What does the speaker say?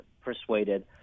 persuaded